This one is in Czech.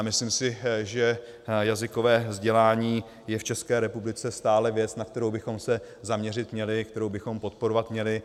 Myslím si, že jazykové vzdělání je v České republice stále věc, na kterou bychom se zaměřit měli, kterou bychom podporovat měli.